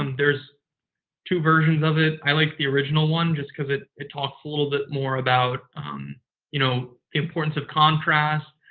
um there's two versions of it. i like the original one just because it it talks a little bit more about the you know importance of contrast,